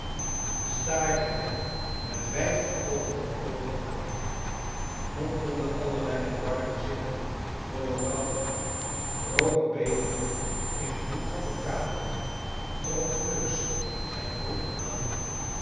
staarde hem met wijd geopende oogen aan mompelde allerlei verwarde zinnen door elkander kroop bevend in een hoek van de kamer trok fluks zijn broek aan